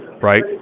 right